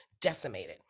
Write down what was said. decimated